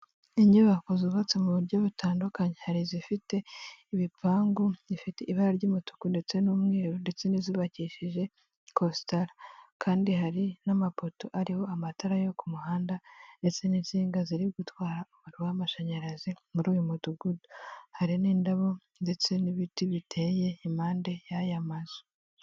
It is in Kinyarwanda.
Inyubako zubatse mu buryo butandukanye, hari izifite ibipangu, zifite ibara ry'umutuku ndetse n'umweru ndetse n'izubakishije kositara, kandi hari n'amapoto ariho amatara yo ku muhanda ndetse n'insinga ziri gutwara umuriro w'amashanyarazi muri uyu mudugudu, hari n'indabo ndetse n'ibiti biteye impande y'aya mazu.